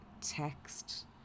text